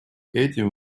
этим